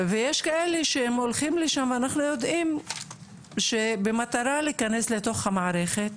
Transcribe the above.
ויש כאלה שהם הולכים לשם ואנחנו יודעים במטרה להיכנס לתוך המערכת